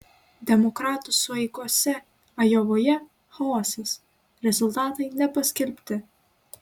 demokratų sueigose ajovoje chaosas rezultatai nepaskelbti